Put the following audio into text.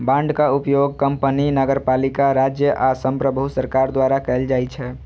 बांडक उपयोग कंपनी, नगरपालिका, राज्य आ संप्रभु सरकार द्वारा जारी कैल जाइ छै